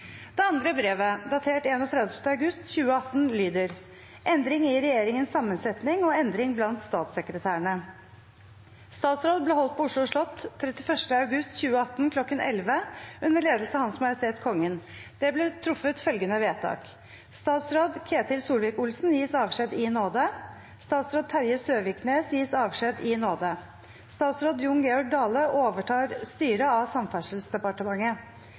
Det andre brevet, datert 31. august 2018, lyder: « Endring i regjeringens sammensetning og endring blant statssekretærene Statsråd ble holdt på Oslo slott 31. august 2018 kl. 1100 under ledelse av Hans Majestet Kongen. Det ble truffet følgende vedtak: Statsråd Ketil Solvik-Olsen gis avskjed i nåde. Statsråd Terje Søviknes gis avskjed i nåde. Statsråd Jon Georg Dale overtar styret av Samferdselsdepartementet.